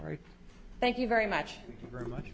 right thank you very much very much